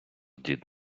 дід